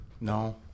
No